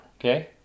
okay